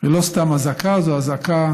זו לא סתם אזעקה, זו אזעקה